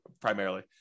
primarily